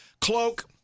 Cloak